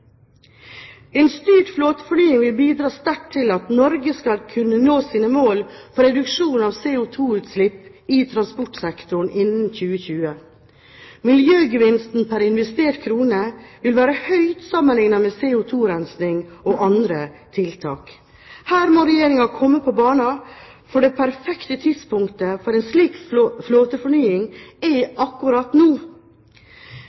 En styrt flåtefornying vil bidra sterkt til at Norge skal kunne nå sine mål for reduksjon av CO2-utslipp i transportsektoren innen 2020. Miljøgevinsten pr. investert krone vil være høy sammenlignet med CO2-rensing og andre tiltak. Her må Regjeringen komme på banen, for det perfekte tidspunkt for en slik flåtefornying er